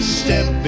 step